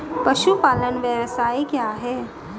पशुपालन व्यवसाय क्या है?